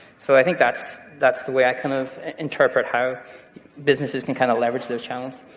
so i think that's that's the way i kind of interpret how businesses can kind of leverage those challenges.